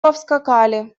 повскакали